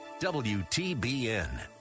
WTBN